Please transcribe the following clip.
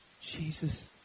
Jesus